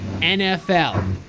NFL